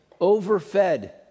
overfed